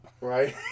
Right